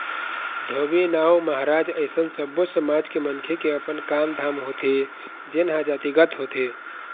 धोबी, नाउ, महराज अइसन सब्बो समाज के मनखे के अपन काम धाम होथे जेनहा जातिगत होथे